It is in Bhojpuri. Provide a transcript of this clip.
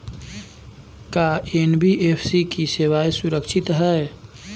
का एन.बी.एफ.सी की सेवायें सुरक्षित है?